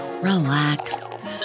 relax